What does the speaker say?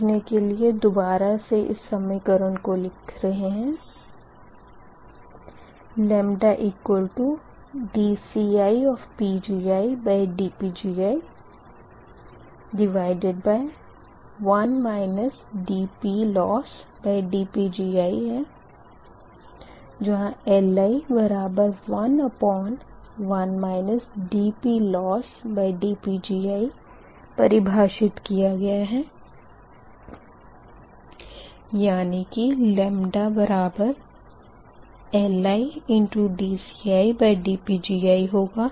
समझने के लिए दुबारा से इस समीकरण को लिख रहे है dCidPgi1 dPLossdPgi जहाँ Li11 dPLossdPgi परिभाषित किया गया है यानी कि LidCidPgi होगा